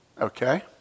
Okay